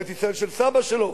ארץ-ישראל של סבא שלו,